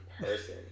person